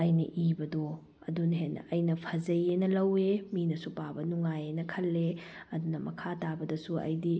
ꯏꯅ ꯏꯕꯗꯣ ꯑꯗꯨꯅ ꯍꯦꯟꯅ ꯑꯩꯅ ꯐꯖꯩꯑꯅ ꯂꯧꯋꯤ ꯃꯤꯅꯁꯨ ꯄꯥꯕ ꯅꯨꯡꯉꯥꯏꯑꯅ ꯈꯜꯂꯦ ꯑꯗꯨꯅ ꯃꯈꯥ ꯇꯥꯕꯗꯁꯨ ꯑꯩꯗꯤ